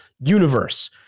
universe